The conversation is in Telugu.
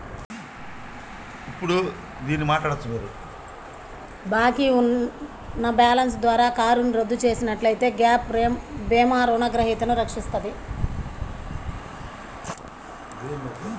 బాకీ ఉన్న బ్యాలెన్స్ ద్వారా కారును రద్దు చేసినట్లయితే గ్యాప్ భీమా రుణగ్రహీతను రక్షిస్తది